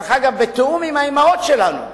דרך אגב, בתיאום עם האמהות שלנו.